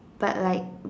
but like